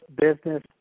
business